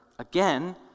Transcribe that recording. Again